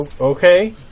Okay